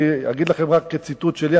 אני אגיד לכם רק ציטוט שלי,